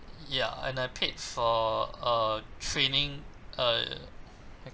ya and I paid for a training uh